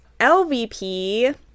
LVP